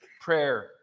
prayer